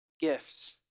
gifts